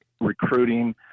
recruiting